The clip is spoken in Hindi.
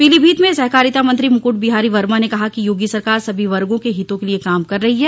पीलीभीत में सहकारिता मंत्री मुकुट बिहारी वर्मा ने कहा कि योगी सरकार सभी वर्गो के हितों के लिए काम कर रही है